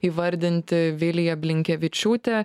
įvardint vilija blinkevičiūtė